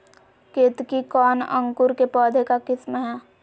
केतकी कौन अंकुर के पौधे का किस्म है?